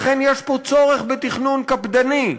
לכן, יש פה צורך בתכנון קפדני,